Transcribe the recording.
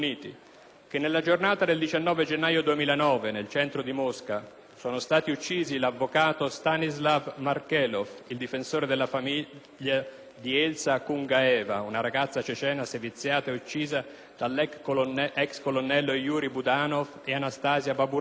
che nella giornata del 19 gennaio 2009 nel centro di Mosca sono stati uccisi l'avvocato Stanislav Markelov, il difensore della famiglia di Elsa Kungaeva, una ragazza cecena seviziata e uccisa dall'ex colonnello Yuri Budanov, e Anastasia Baburova,